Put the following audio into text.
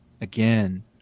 again